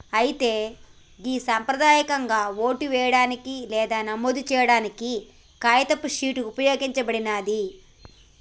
అయితే గి సంప్రదాయకంగా ఓటు వేయడానికి లేదా నమోదు సేయాడానికి కాగితపు షీట్ ఉపయోగించబడినాది